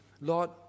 Lord